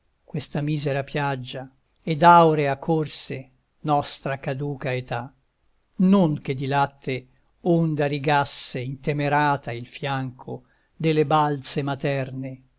questa misera piaggia ed aurea corse nostra caduca età non che di latte onda rigasse intemerata il fianco delle balze materne